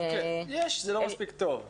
יש, אבל זה לא מספיק טוב.